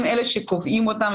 הם קובעים אותם,